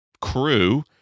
crew